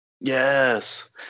Yes